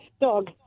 dog